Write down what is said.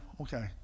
okay